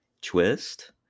twist